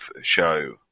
show